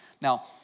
Now